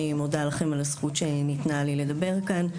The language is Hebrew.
אני מודה לכם על הזכות שניתנה לי לדבר כאן.